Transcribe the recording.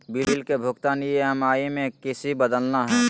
Bill के भुगतान EMI में किसी बदलना है?